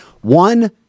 One